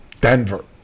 Denver